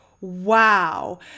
wow